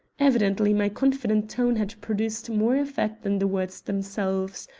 evidently my confident tone had produced more effect than the words themselves.